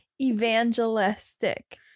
Evangelistic